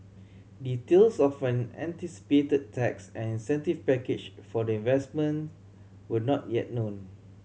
details of an anticipated tax and incentive package for the investment were not yet known